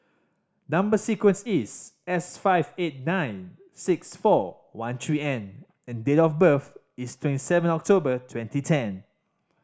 number sequence is S five eight nine six four one three N and date of birth is twenty seven October twenty ten